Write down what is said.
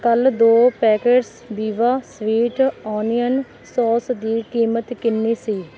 ਕੱਲ੍ਹ ਦੋ packets Veeba sweet onion sauce ਦੀ ਕੀਮਤ ਕਿੰਨੀ ਸੀ